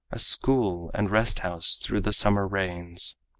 a school and rest-house through the summer rains.